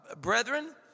Brethren